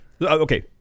okay